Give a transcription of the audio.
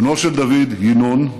בנו של דוד, ינון,